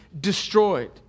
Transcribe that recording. destroyed